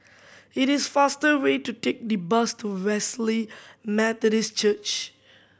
it is faster way to take the bus to Wesley Methodist Church